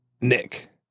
Nick